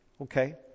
Okay